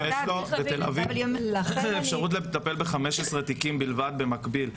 ויש לו בתל אביב אפשרות לטפל ב-15 תיקים בלבד במקביל.